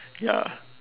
ya lah